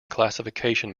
classification